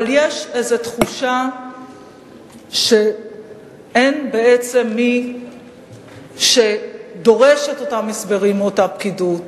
אבל יש איזו תחושה שאין בעצם מי שדורש את אותם הסברים מאותה פקידות,